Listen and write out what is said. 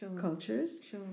Cultures